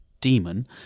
demon